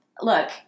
Look